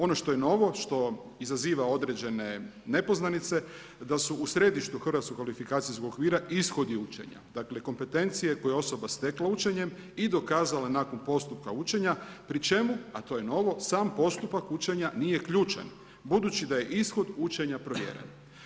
Ono što je novo, što izaziva određene nepoznanice da su u središtu Hrvatskog kvalifikacijskog okvira ishodi učenja, dakle kompetencije koje je osoba stekla učenjem i dokazala nakon postupka učenja pri čemu, a to je novo, sam postupak učenja nije ključan budući da je ishod učenja provjeren.